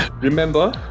Remember